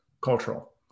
cultural